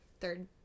third –